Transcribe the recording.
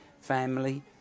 family